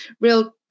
real